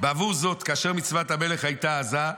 בעבור זאת, כאשר מצוות המלך הייתה עזה,